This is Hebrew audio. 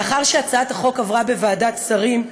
לאחר שהצעת החוק עברה בוועדת שרים,